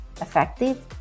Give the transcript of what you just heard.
effective